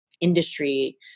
industry